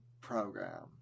program